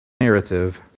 narrative